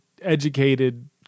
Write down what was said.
educated